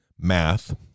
math